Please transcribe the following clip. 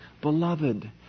beloved